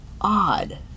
odd